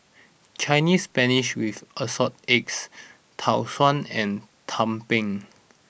Chinese Spinach with Assorted Eggs Tau Suan and Tumpeng